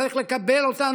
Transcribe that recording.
צריך לקבל אותן,